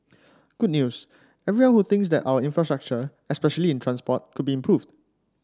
good news everyone who thinks that our infrastructure especially in transport could be improved